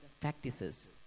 practices